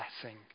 blessing